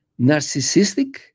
narcissistic